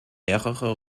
mehrere